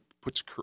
puts